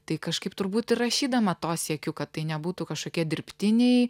tai kažkaip turbūt ir rašydama to siekiu kad tai nebūtų kažkokie dirbtiniai